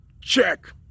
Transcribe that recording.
Check